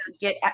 get